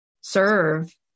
serve